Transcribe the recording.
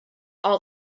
all